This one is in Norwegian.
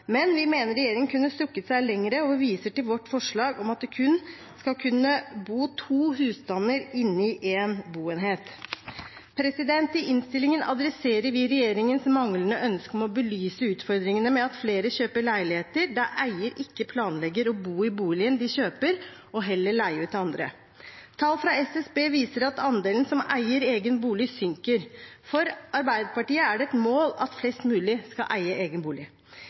men vi mener regjeringen kunne strukket seg lenger, og viser til vårt forslag om at det kun skal kunne bo to husstander i én boenhet. I innstillingen adresserer vi regjeringens manglende ønske om å belyse utfordringene med at flere kjøper leiligheter der eier ikke planlegger å bo i boligen som kjøpes, men heller leie ut til andre. Tall fra SSB viser at andelen som eier egen bolig, synker. For Arbeiderpartiet er det et mål at flest mulig skal eie egen bolig.